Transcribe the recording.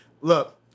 Look